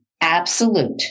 absolute